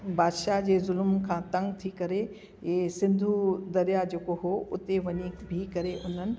बादशाह जे ज़ुल्म खां तंग थी करे इहे सिंधु दरिया जेको हुओ उते वञी बिह करे उन्हनि